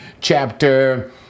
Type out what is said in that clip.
chapter